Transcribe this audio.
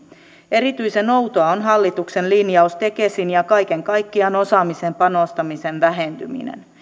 erityisen outoa on hallituksen linjaus tekesin ja kaiken kaikkiaan osaamiseen panostamisen vähentymisestä